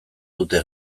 dute